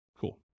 Cool